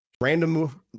random